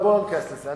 אבל בוא לא ניכנס לזה.